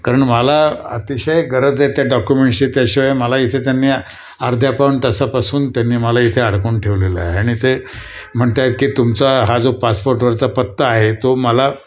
कारण मला अतिशय गरज आहे त्या डॉक्युमेंट्ची त्याशिवाय मला इथे त्यांनी अर्ध्या पाऊण तासापासून त्यांनी मला इथे अडकून ठेवलेलं आहे आणि ते म्हणत आहे की तुमचा हा जो पासपोर्टवरचा पत्ता आहे तो मला